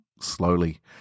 slowly